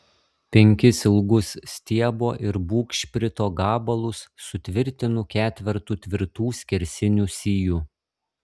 penkis ilgus stiebo ir bugšprito gabalus sutvirtinu ketvertu tvirtų skersinių sijų